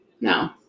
No